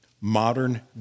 modern